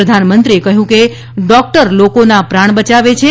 પ્રધાનમંત્રીએ કહયું કે ડોકટર લોકોના પ્રાણ બચાવે છે